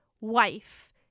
Wife